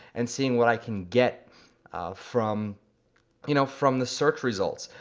and seeing what i can get from you know from the search results.